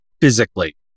physically